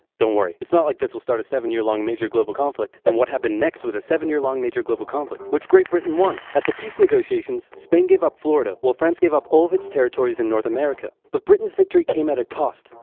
don't worry. it's not like this will start a seven-year long major global conflict. and what happened next was a seven year long major global conflict which great britain won! at the peace negotiations, spain gave up florida, while france gave up all of its territories in north america. but britain's victory came at a cost.